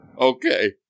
Okay